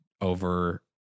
over